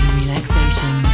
relaxation